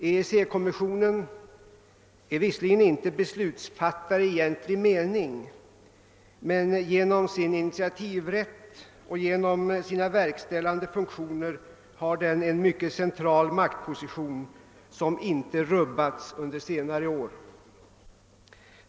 EEC-kommissionen är visserligen inte beslutsfattare i egentlig mening, men genom sin initiativrätt och genom sina verkställande funktioner har den en mycket central maktposition som inte rubbats under senare år.